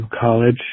college